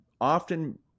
often